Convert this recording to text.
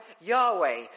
Yahweh